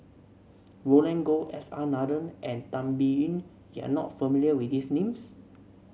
Roland Goh S R Nathan and Tan Biyun you are not familiar with these names